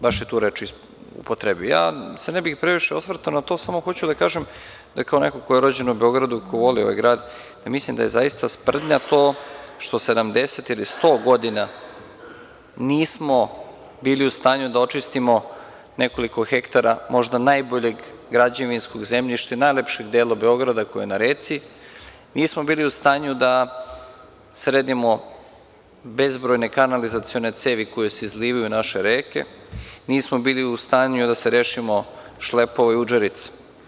Ja se ne bih previše osvrtao na to, samo hoću da kažem da kao neko ko je rođen u Beogradu, ko voli ovaj grad, mislim da je zaista sprdnja to što 70 ili 100 godina nismo bili u stanju da očistimo nekoliko hektara možda najboljeg građevinskog zemljišta, najlepšeg dela Beograda koji je na reci, nismo bili u stanju da sredimo bezbrojne kanalizacione cevi koje se izlivaju u naše reke, nismo bili u stanju da se rešimo šlepova i udžerica.